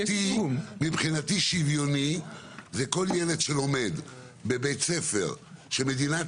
מבחינתי שוויוני זה כל ילד שלומד בבית ספר שמדינת